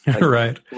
Right